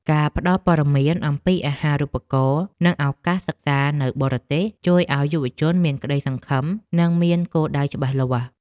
ការផ្ដល់ព័ត៌មានអំពីអាហារូបករណ៍និងឱកាសសិក្សានៅបរទេសជួយឱ្យយុវជនមានក្តីសង្ឃឹមនិងមានគោលដៅច្បាស់លាស់។